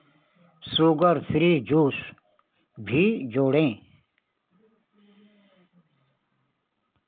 sugar free juice भी जोड़ें